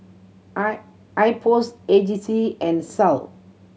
I IPOS A G C and SAL